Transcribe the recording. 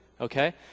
okay